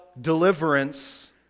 deliverance